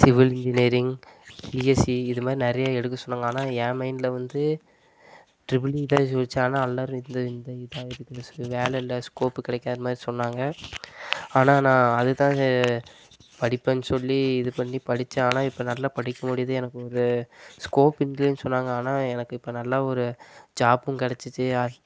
civil engineering CSE இதுமாதிரி நிறைய எடுக்கச் சொன்னாங்க ஆனால் என் மைன்ட்ல வந்து ட்ரிபிள்இ தான் யோசிச்சேன் ஆனால் வேல இல்லை ஸ்கோப் கிடைக்காது அதுமாதிரி சொன்னாங்க ஆனால் நான் அதுதான் படிப்பேனு சொல்லி இது பண்ணி படிச்சேன் ஆனால் இப்போ நல்ல படிக்க முடியுது எனக்கு ஒரு ஸ்கோப் இல்லைனு சொன்னாங்க ஆனால் எனக்கு இப்போ நல்ல ஒரு ஜாப்பும் கிடச்சிச்சு